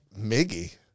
Miggy